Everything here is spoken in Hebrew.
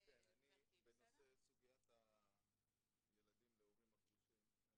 בנושא סוגיית הילדים להורים גרושים,